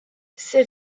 ses